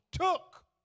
took